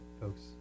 folks